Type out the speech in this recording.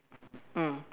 mm